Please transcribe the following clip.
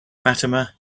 fatima